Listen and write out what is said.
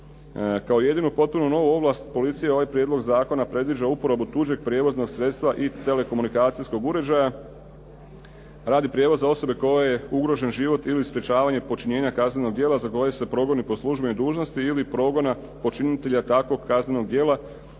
Kao jedinu potpuno novu ovlast policija ovaj prijedlog zakona predviđa uporabu tuđeg prijevoznog sredstva i telekomunikacijskog uređaja radi prijevoza osobe kojoj je ugrožen život ili sprječavanje počinjenja kaznenog djela za koje se progoni po službenoj dužnosti ili progona počinitelja takvog kaznenog djela